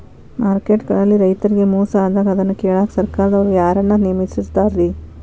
Market ಗಳಲ್ಲಿ ರೈತರಿಗೆ ಮೋಸ ಆದಾಗ ಅದನ್ನ ಕೇಳಾಕ್ ಸರಕಾರದವರು ಯಾರನ್ನಾ ನೇಮಿಸಿರ್ತಾರಿ?